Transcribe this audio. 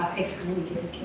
excommunicated